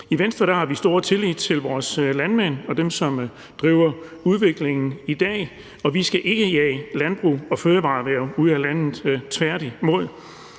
I Venstre har vi stor tillid til vores landmænd og dem, som driver udviklingen i dag, og vi skal ikke jage landbrug og fødevareerhverv ud af landet – tværtimod.